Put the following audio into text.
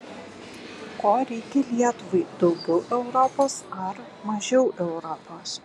ko reikia lietuvai daugiau europos ar mažiau europos